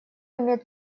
имеет